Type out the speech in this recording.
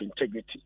integrity